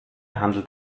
handelt